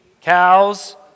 cows